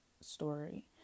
story